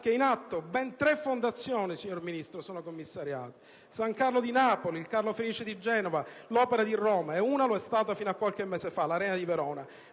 che in atto ben tre fondazioni, signor Ministro, sono commissariate (il San Carlo di Napoli, il Carlo Felice di Genova e l'Opera di Roma) e una lo è stata fino a qualche mese fa (l'Arena di Verona):